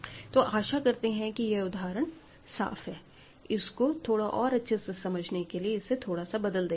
तो आशा करते हैं कि यह उदाहरण साफ है इसको थोड़ा और अच्छे से समझने के लिए इसे थोड़ा सा बदल देते हैं